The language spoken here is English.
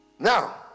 Now